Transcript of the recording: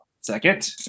Second